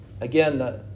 again